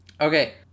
Okay